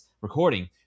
recording